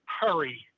hurry